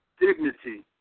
dignity